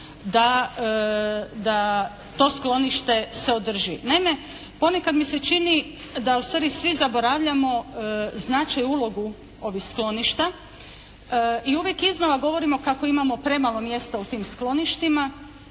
da to sklonište se održi. Naime, ponekad mi se čini da ustvari svi zaboravljamo značaj i ulogu ovih skloništa. I uvijek iznova govorimo kako imamo premalo mjesta u tim skloništima,